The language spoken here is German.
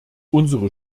unsere